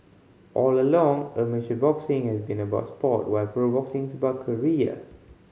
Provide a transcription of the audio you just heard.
all along amateur boxing has been about sport while pro boxing is about career